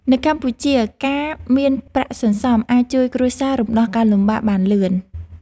នៅកម្ពុជាការមានប្រាក់សន្សំ អាចជួយគ្រួសាររំដោះការលំបាកបានលឿន។